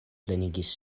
plenigis